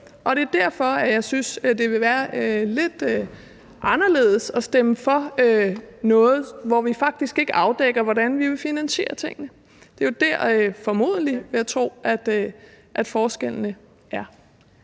i. Det er derfor, jeg synes, det ville være lidt anderledes at stemme for noget, hvormed vi faktisk ikke afdækker, hvordan vi finansierer tingene. Det er jo der, vil jeg tro, at forskellene er.